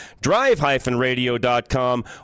drive-radio.com